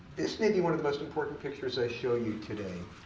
this may be one of the most important pictures i show you today.